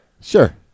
Sure